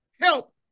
help